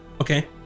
Okay